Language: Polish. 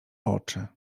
oczy